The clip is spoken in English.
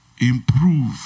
improve